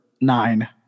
nine